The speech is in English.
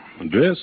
Address